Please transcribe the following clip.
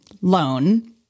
loan